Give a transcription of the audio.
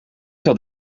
dat